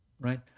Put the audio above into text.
right